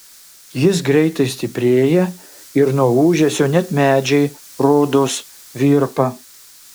jis greitai stiprėja ir nuo ūžesio net medžiai rodos virpa